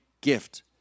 gift